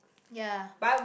ya